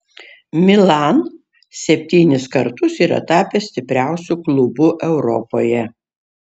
milan septynis kartus yra tapęs stipriausiu klubu europoje